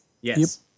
Yes